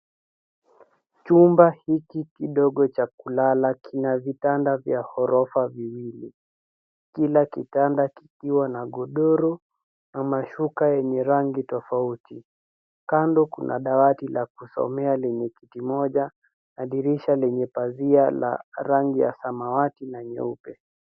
Chumba hiki kidogo cha kulala kina vitanda vya ghorofa viwili. Kila kitanda kikiwa na godoro na mashuka yeye rangi tofauti. Kando kuna dawati la kusomea lenye kiti kimoja na dirisha lenye pazia la rangi ya samawati na nyeupe.